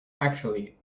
actually